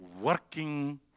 Working